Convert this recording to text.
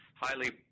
highly